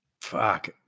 Fuck